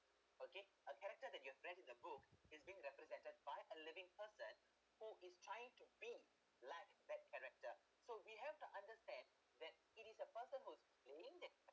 okay a character that you have read in the book is being represented by a living person who is trying to be like that character so we have to understand that it is a person who's playing that